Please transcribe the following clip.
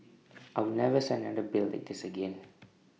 I will never sign another bill like this again